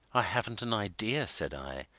i haven't an idea, said i.